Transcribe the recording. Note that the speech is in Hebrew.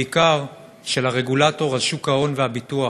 בעיקר של הרגולטור של שוק ההון והביטוח,